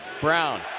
Brown